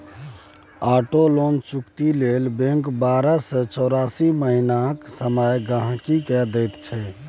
auto loan चुकती लेल bank बारह सँ चौरासी महीनाक समय गांहिकी केँ दैत छै